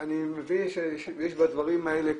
יש בדברים האלה,